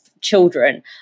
children